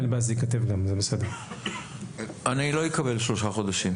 אני לא אקבל שלושה חודשים.